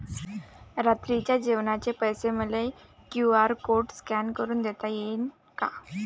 रात्रीच्या जेवणाचे पैसे मले क्यू.आर कोड स्कॅन करून देता येईन का?